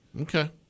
Okay